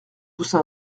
poussa